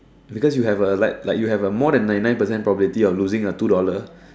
because you have a like like you have a more than ninety nine percent of losing a two dollar